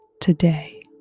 today